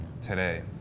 today